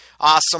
awesome